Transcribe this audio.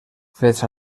fets